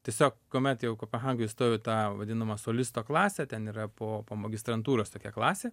tiesiog kuomet jau kopehagoj stojau į tą vadinamą solisto klasę ten yra po po magistrantūros tokia klasė